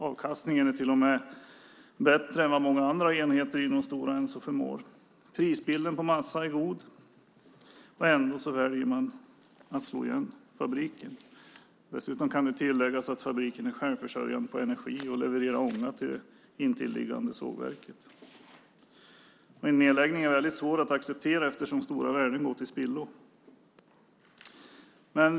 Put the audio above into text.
Avkastningen är till och med bättre än vad många andra enheter inom Stora Enso förmår att ge. Prisbilden för massa är god. Ändå väljer man att slå igen fabriken. Det kan också tilläggas att fabriken är självförsörjande på energi och att den levererar ånga till det intilliggande sågverket. En nedläggning är väldigt svår att acceptera eftersom stora värden går till spillo.